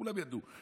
כולם ידעו,